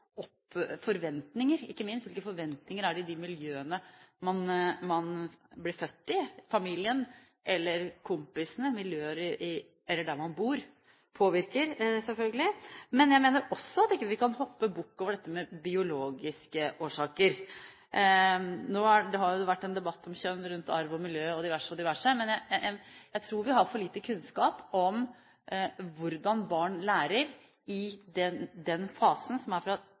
minst? Hvilke forventninger er det i de miljøene man blir født i? Familien, kompisene eller der man bor, påvirker selvfølgelig, men jeg mener også at vi ikke kan hoppe bukk over dette med biologiske årsaker. Det har jo vært en debatt om kjønn – rundt arv og miljø, og diverse og diverse – men jeg tror vi har for lite kunnskap om hvordan barn lærer i fasen sen barndom, tidlig pubertet. Det er